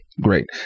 Great